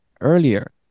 earlier